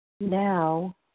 Now